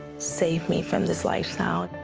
save me from this lifestyle.